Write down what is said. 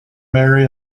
mary